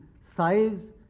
size